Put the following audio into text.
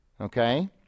Okay